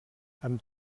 amb